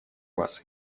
вас